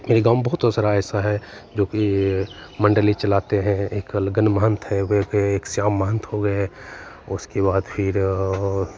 मेरे गाँव में बहुत ओसरा ऐसा है जो कि मण्डली चलाते हैं एक अलगन महंत हैं वे एक श्याम महंत हो गए उसके बाद फिर और